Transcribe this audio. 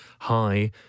hi